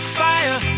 fire